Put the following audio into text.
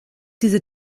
diese